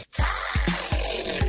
time